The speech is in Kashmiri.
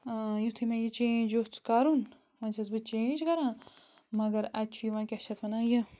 یُتھٕے مےٛ یہِ چینٛج یوٚژھ کَرُن وونۍ چھَس بہٕ چینٛج کَران مگر اَتہِ چھُ یِوان کیٛاہ چھِ اتھ وَنان یہِ